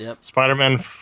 Spider-Man